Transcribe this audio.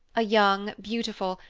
a young, beautiful,